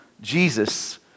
Jesus